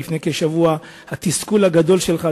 לפני כשבוע: התסכול הגדול שלך,